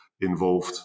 involved